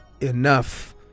enough